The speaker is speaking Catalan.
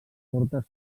fortes